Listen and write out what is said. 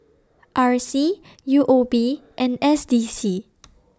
R C U O B and S D C